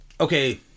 Okay